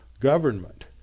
Government